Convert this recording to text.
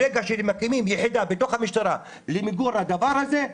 ברגע שממקמים יחידה בתוך המשטרה למיגור הדבר הזה,